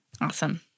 Awesome